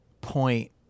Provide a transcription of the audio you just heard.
point